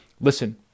Listen